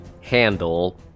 handle